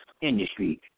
industry